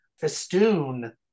festoon